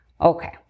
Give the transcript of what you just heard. Okay